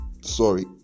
sorry